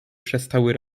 przestały